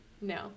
no